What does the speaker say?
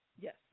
Yes